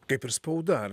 kaip ir spauda